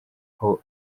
aho